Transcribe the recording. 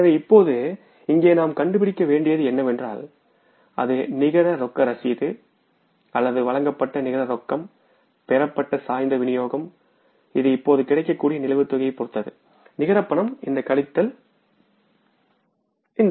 எனவே இப்போது இங்கே நாம் கண்டுபிடிக்க வேண்டியது என்னவென்றால் அது நிகர ரொக்க ரசீது வழங்கப்பட்ட நிகர ரொக்கம் பெறப்பட்ட சாய்ந்த விநியோகம் இது இப்போது கிடைக்கக்கூடிய நிலுவைத் தொகையைப் பொறுத்தது நிகர ரொக்கம் கழித்தல் இவைகள்